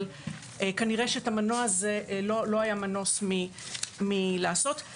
אבל כנראה שלא היה מנוס מלעשות את המנוע הזה.